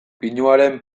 pinuaren